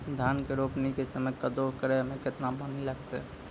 धान के रोपणी के समय कदौ करै मे केतना पानी लागतै?